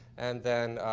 and then,